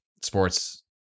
sports